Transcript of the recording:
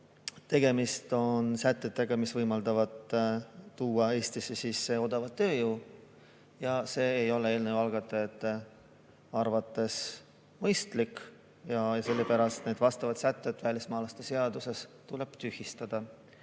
tegemist on sätetega, mis võimaldavad tuua Eestisse sisse odavat tööjõudu. See ei ole eelnõu algatajate arvates mõistlik ja sellepärast need sätted välismaalaste seaduses tuleb tühistada. Aga